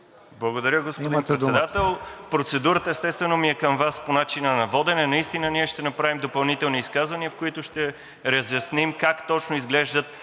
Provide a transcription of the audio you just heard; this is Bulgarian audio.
Промяната): Господин Председател, процедурата, естествено, ми е към Вас по начина на водене. Наистина ние ще направим допълнителни изказвания, в които ще разясним как точно изглеждат